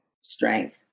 strength